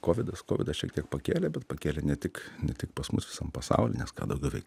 kovidas kovidas šiek tiek pakėlė bet pakėlė ne tik ne tik pas mus visam pasauly nes ką daugiau veikt